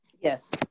Yes